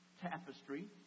tapestry